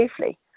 safely